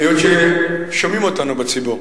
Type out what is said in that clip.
היות ששומעים אותנו בציבור,